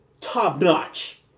top-notch